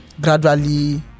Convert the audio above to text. gradually